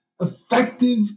effective